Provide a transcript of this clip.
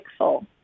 pixel